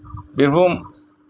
Birbhum